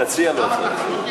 למה?